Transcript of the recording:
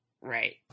Right